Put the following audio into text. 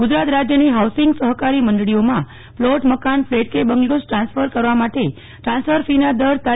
ગુજરાત રાજ્યની હાઉસીંગ સહકારી મંડળીઓમાં પ્લોટ મકાન ફલેટ કે બંગ્લોઝ ટ્રાન્સફર કરવા માટે ટ્રાન્સફર ફીના દર તા